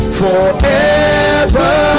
forever